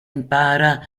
impara